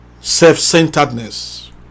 self-centeredness